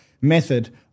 method